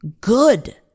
good